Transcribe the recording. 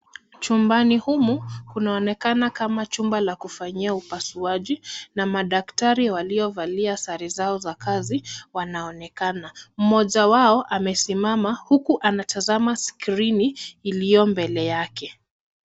Chumbani humu kunaonekana kama chumba la kufanyia upasuaji na madaktari waliovalia sare zao za kazi wanaonekana. Mmoja wao amesimama huku anatazama skrini iliyo mbele yake.